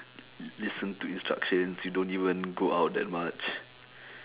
listen to instructions you don't even go out that much